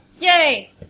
Yay